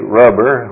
rubber